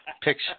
Picture